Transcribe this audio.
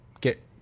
get